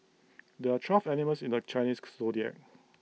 there are twelve animals in the Chinese Zodiac